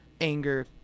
anger